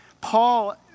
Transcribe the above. Paul